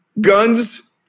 Guns